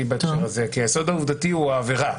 בהקשר הזה כי היסוד העובדתי הוא העבירה,